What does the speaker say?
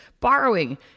borrowing